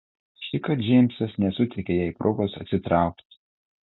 šįkart džeimsas nesuteikė jai progos atsitraukti